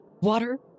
water